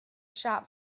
shop